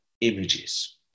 images